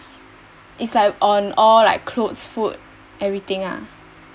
is like on all like clothes food everything lah